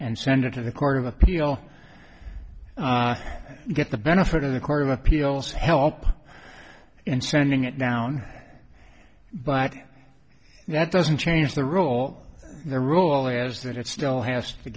and send it to the court of appeal get the benefit of the court of appeals for help in sending it down but that doesn't change the role the rule is that it still has to